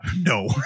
No